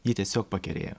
ji tiesiog pakerėjo